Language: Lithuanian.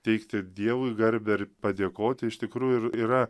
teikti dievui garbę ir padėkoti iš tikrųjų ir yra